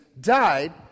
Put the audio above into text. died